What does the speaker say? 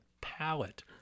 palette